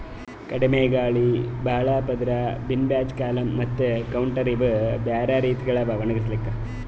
ಕಡಿಮಿ ಗಾಳಿ, ಭಾಳ ಪದುರ್, ಬಿನ್ ಬ್ಯಾಚ್, ಕಾಲಮ್ ಮತ್ತ ಕೌಂಟರ್ ಇವು ಬ್ಯಾರೆ ರೀತಿಗೊಳ್ ಅವಾ ಒಣುಗುಸ್ಲುಕ್